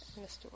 Mr